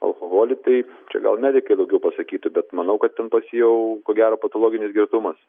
alkoholį tai čia gal medikai daugiau pasakytų bet manau kad ten pas jį jau ko gero patologinis girtumas